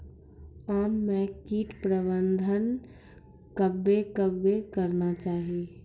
आम मे कीट प्रबंधन कबे कबे करना चाहिए?